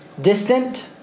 distant